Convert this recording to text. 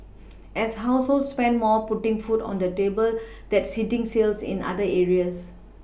as households spend more putting food on the table that's hitting sales in other areas